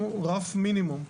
העולם המפותח הולך ללולי מעוף.